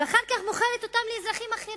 ואחר כך מוכרת אותן לאזרחים אחרים?